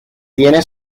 tiene